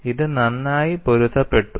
ഇത് നന്നായി പൊരുത്തപ്പെട്ടു